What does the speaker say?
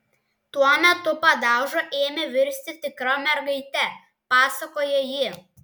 tuo metu padauža ėmė virsti tikra mergaite pasakoja ji